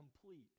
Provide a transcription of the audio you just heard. complete